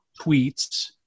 tweets